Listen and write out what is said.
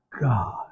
God